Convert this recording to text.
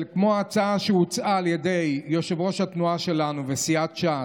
כמו ההצעה שהוצעה על ידי יושב-ראש התנועה שלנו וסיעת ש"ס,